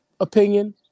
opinion